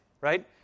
Right